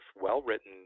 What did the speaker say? well-written